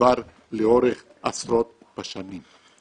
שנצבר לאורך עשרות בשנים.